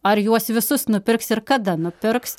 ar juos visus nupirks ir kada nupirks